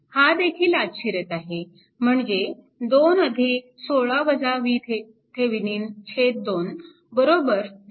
हा देखील आत शिरत आहे म्हणजे 2 2 VThevenin 6